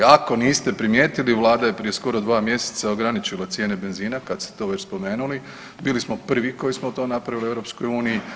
Ako niste primijetili Vlada je prije skoro dva mjeseca ograničila cijene benzina, kad ste to već spomenuli, bili smo prvi koji smo to napravili u EU.